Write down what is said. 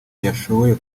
yashoboye